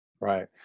Right